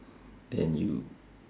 then you